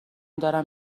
دارم